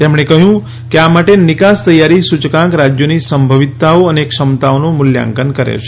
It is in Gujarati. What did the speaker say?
તેમણે કહ્યું કે આ માટે નિકાસ તૈયારી સૂચકાંક રાજ્યોની સંભવિતતાઓ અને ક્ષમતાઓનું મૂલ્યાંકન કરે છે